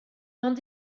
ond